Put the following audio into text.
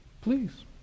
please